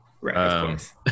right